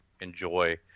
enjoy